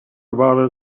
about